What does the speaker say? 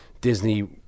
disney